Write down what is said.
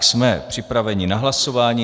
Jsme připraveni na hlasování.